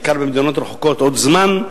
בעיקר במדינות רחוקות, עוד זמן.